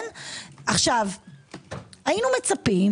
היינו מצפים,